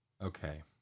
Okay